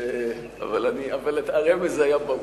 אבל הרמז היה ברור.